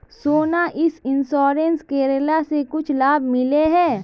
सोना यह इंश्योरेंस करेला से कुछ लाभ मिले है?